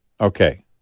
Okay